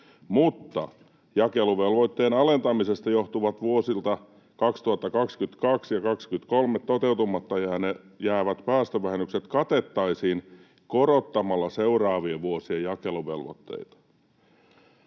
mutta jakeluvelvoitteen alentamisesta johtuvat, vuosilta 2022 ja 2023 toteutumatta jäävät päästövähennykset katettaisiin korottamalla seuraavien vuosien jakeluvelvoitteita.